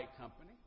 company